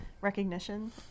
recognition